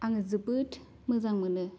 आङो जोबोद मोजां मोनो